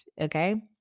okay